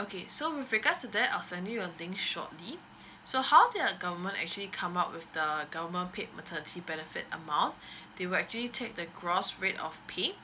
okay so with regards to that I'll send you a link shortly so how do the government actually come up with the government paid maternity benefit amount they will actually take the gross rate of pay